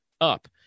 up